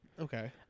Okay